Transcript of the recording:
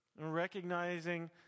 Recognizing